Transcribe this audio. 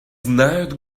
знают